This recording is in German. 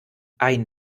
ein